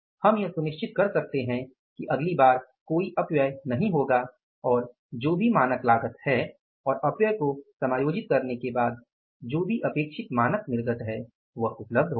हम यह सुनिश्चित कर सकते हैं कि अगली बार कोई अपव्यय नहीं होगा और जो भी मानक आगत है और अपव्यय को समायोजित करने के बाद जो भी अपेक्षित मानक निर्गत है वह उपलब्ध होगा